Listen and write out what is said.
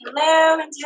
Hello